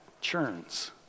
churns